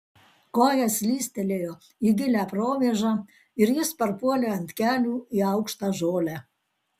koja slystelėjo į gilią provėžą ir jis parpuolė ant kelių į aukštą žolę